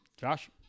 Josh